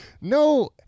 No